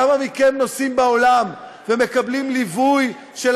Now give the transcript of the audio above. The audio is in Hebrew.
כמה מכם נוסעים בעולם ומקבלים ליווי של